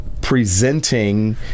presenting